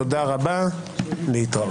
(הישיבה נפסקה בשעה 12:18 ונתחדשה בשעה